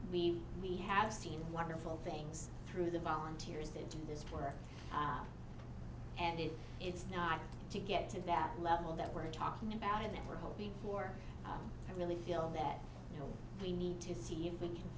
we we have seen wonderful things through the volunteers to do this work and if it's not to get to that level that we're talking about and that we're hoping for i really feel that you know we need to see if we can